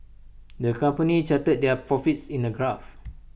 the company charted their profits in A graph